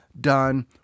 done